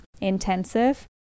Intensive